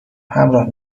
همراه